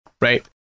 right